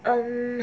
um